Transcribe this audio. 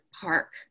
park